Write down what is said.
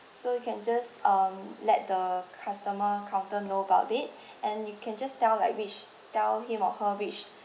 so you can just um let the customer counter know about it and you can just tell like which tell him or her which